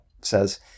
says